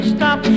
Stop